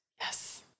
Yes